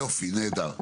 יופי, נהדר.